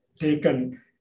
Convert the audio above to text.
taken